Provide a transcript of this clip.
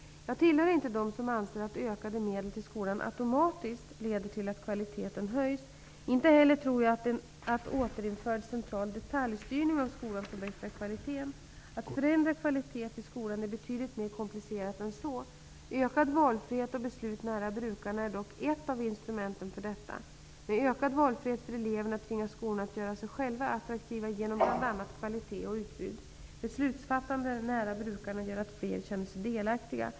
Jag tillhör inte dem som anser att ökade medel till skolan automatiskt leder till att kvaliteten höjs. Inte heller tror jag att återinförd central detaljstyrning av skolan förbättrar kvaliteten. Att förändra kvaliteten i skolan är betydligt mer komplicerat än så. Ökad valfrihet och beslut nära brukarna är dock ett av instrumenten för detta. Med ökad valfrihet för eleverna tvingas skolorna att göra sig själva attraktiva genom bl.a. kvalitet och utbud. Beslutsfattande nära brukarna gör att fler känner sig delaktiga.